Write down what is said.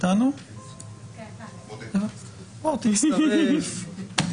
בוא תצטרף.